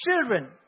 Children